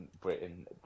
Britain